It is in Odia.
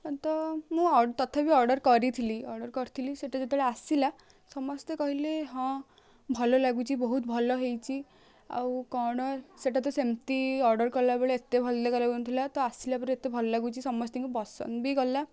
ତ ମୁଁ ତଥାପି ଅର୍ଡ଼ର୍ କରିଥିଲି ଅର୍ଡ଼ର୍ କରିଥିଲି ସେଇଟା ଯେତେବେଳେ ଆସିଲା ସମସ୍ତେ କହିଲେ ହଁ ଭଲ ଲାଗୁଛି ବହୁତ ଭଲ ହେଇଛି ଆଉ କ'ଣ ସେଇଟା ତ ସେମିତି ଅର୍ଡ଼ର୍ କଲା ବେଳେ ଏତେ ଭଲ ଦେଖା ହଉନଥିଲା ତ ଆସିଲା ପରେ ଏତେ ଭଲ ଲାଗୁଛି ସମସ୍ତଙ୍କୁ ପସନ୍ଦ ବି ଗଲା